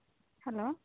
hello